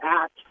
act